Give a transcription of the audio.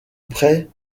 près